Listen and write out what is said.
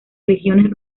legiones